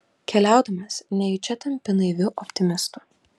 keliaudamas nejučia tampi naiviu optimistu